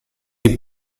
die